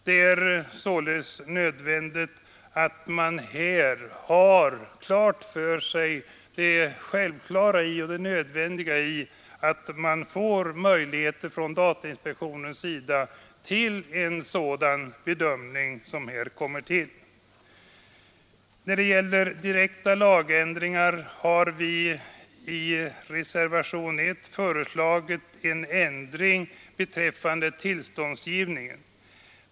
Det är således nödvändigt att man här har klart för sig det självklara och nödvändiga i att datainspektionen får goda möjligheter till sådana bedömningar. När det gäller direkta lagändringar har vi i reservation 1 föreslagit en ändring beträffande tillståndsgivningen.